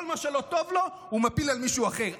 כל מה שלא טוב הוא מפיל על מישהו אחר.